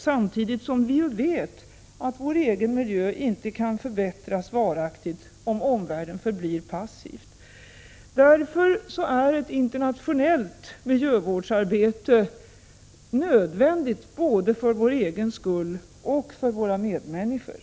Samtidigt vet vi att vår egen miljö inte varaktigt kan förbättras om omvärlden förblir passiv. Därför är ett internationellt miljövårdsarbete nödvändigt både för vår egen skull och för våra medmänniskor.